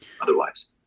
otherwise